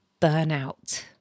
Burnout